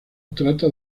trata